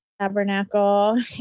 Tabernacle